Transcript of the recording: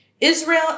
Israel